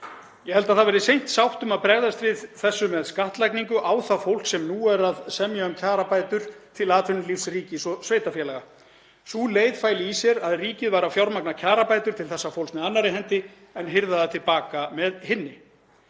Ég held að það verði seint sátt um að bregðast við þessu með skattlagningu á það fólk sem nú er að semja um kjarabætur við atvinnulíf, ríki og sveitarfélög. Sú leið fæli í sér að ríkið væri að fjármagna kjarabætur til þessa fólks með annarri hendi en hirða til baka með hinni.